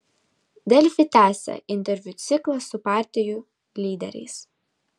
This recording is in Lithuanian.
delfi tęsia interviu ciklą su partijų lyderiais